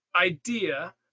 idea